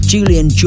Julian